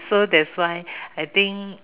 so that's why I think